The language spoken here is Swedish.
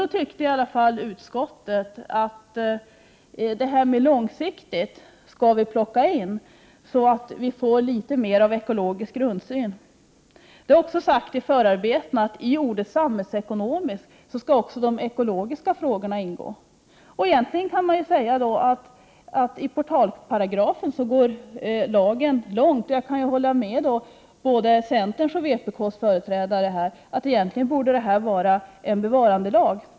Då tyckte i alla fall utskottet att ordet långsiktigt skulle plockas in så att vi får litet mera av en ekologisk grundsyn. Det är sagt i förarbetena att i ordet samhällsekonomiskt skall också ingå de ekologiska aspekterna. Egentligen kan man säga att lagen går långt i portalparagrafen. Jag kan hålla med både centerns och vpk:s företrädare att det här egentligen borde vara en bevarandelag.